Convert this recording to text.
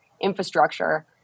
infrastructure